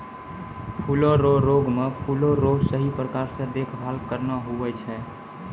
फूलो रो रोग मे फूलो रो सही प्रकार से देखभाल करना हुवै छै